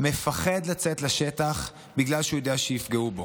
מפחד לצאת לשטח בגלל שהוא יודע שיפגעו בו.